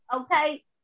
Okay